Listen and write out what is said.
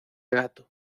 gato